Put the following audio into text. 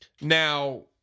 Now